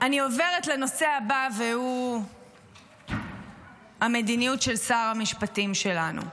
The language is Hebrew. אני עוברת לנושא הבא והוא המדיניות של שר המשפטים שלנו.